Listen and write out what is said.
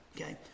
okay